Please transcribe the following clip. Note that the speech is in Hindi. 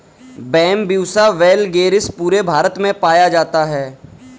बैम्ब्यूसा वैलगेरिस पूरे भारत में पाया जाता है